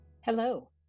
Hello